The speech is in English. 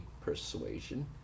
persuasion